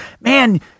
man